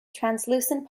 translucent